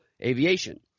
Aviation